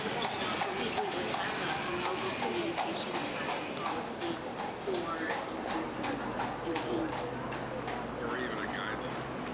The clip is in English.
like do not believe we would have ah a mobile communication device policy for distance learning. and um and or even a guideline.